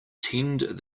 tend